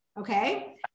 okay